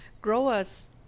Growers